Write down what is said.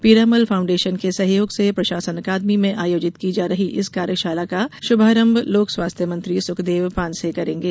Piramal foundation के सहयोग से प्रशासन अकादमी में आयोजित की जा रही इस कार्यशाला का शुभारंभ लोक स्वास्थ्य मंत्री सुखदेव पांसे करेंगे